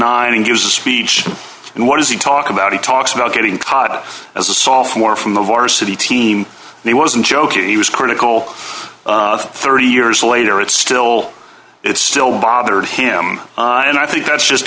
nine and gives a speech and what does he talk about he talks about getting caught up as a software from the varsity team he wasn't joking he was critical of thirty years later it's still it's still bothered him and i think that's just